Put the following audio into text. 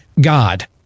God